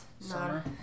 summer